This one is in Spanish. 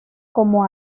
como